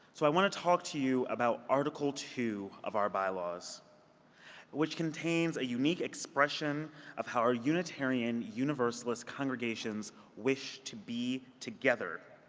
so i want to talk to you about article two of our bylaws which contains a unique expression of how our unitarian universalist congregations wish to be together.